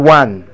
one